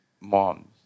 moms